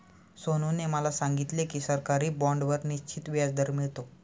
सोनूने मला सांगितले की सरकारी बाँडवर निश्चित व्याजदर मिळतो